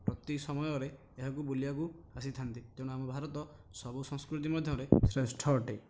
ପ୍ରତି ସମୟରେ ଏହାକୁ ବୁଲିବାକୁ ଆସିଥାନ୍ତି ତେଣୁ ଆମ ଭାରତ ସବୁ ସଂସ୍କୃତି ମଧ୍ୟରେ ଶ୍ରେଷ୍ଠ ଅଟେ